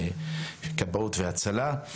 וכבאות והצלה.